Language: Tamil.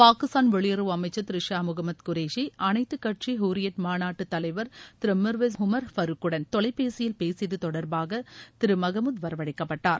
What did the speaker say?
பாகிஸ்தான் வெளியுறவு அமைச்சர் திரு ஷா முகமது குரேஷி அனைத்துக் கட்சி ஹூரியத் மாநாட்டு தலைவர் திரு மிர்வைஸ் உமர் பருக்குடன் தொலைபேசியில் பேசியது தொடர்பாக திரு மகமுது வரவழைக்கப்பட்டார்